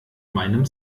meinem